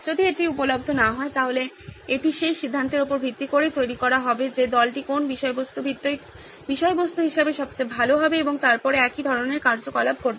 যদি এটি উপলব্ধ না হয় তাহলে এটি সেই সিদ্ধান্তের উপর ভিত্তি করে তৈরি করা হবে যে দলটি কোন্ বিষয়বস্তু ভিত্তিক বিষয়বস্তু হিসেবে সবচেয়ে ভালো হবে এবং তারপরে একই ধরনের কার্যকলাপ ঘটবে